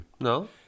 No